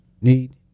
need